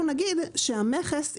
אנחנו מציעים שהמכס,